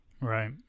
Right